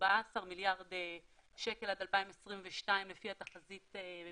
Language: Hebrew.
14 מיליארד שקל עד 2022 לפי התחזית.